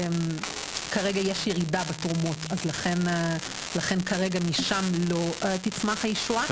כרגע יש ירידה בתרומות אז לכן כרגע משם לא תצמח הישועה.